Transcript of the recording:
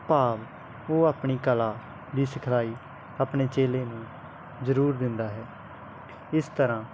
ਭਾਵ ਉਹ ਆਪਣੀ ਕਲਾ ਦੀ ਸਿਖਲਾਈ ਆਪਣੇ ਚੇਲੇ ਨੂੰ ਜ਼ਰੂਰ ਦਿੰਦਾ ਹੈ ਇਸ ਤਰ੍ਹਾਂ